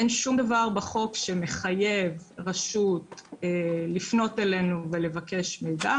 אין שום דבר בחוק שמחייב רשות לפנות אלינו ולבקש מידע.